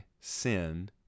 sin